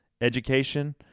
education